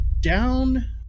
down